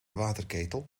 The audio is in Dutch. waterketel